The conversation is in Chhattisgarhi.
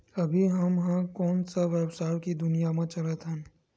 अभी हम ह कोन सा व्यवसाय के दुनिया म चलत हन?